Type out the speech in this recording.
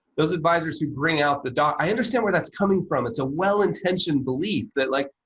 those advisors who bring out the doc, i understand where that's coming from. it's a well-intentioned belief that like,